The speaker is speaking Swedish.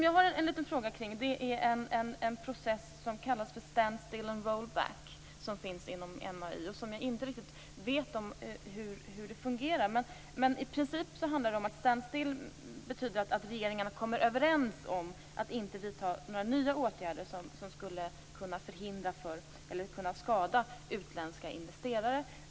Jag har en fråga om en process som kallas stand still and roll back, som finns i MAI och som jag inte riktigt vet hur det fungerar. I princip betyder stand still att regeringarna kommer överens om att inte vidta några nya åtgärder som skulle kunna skada utländska investerare.